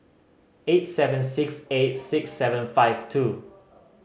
eight seven six eight six seven five two